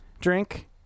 Drink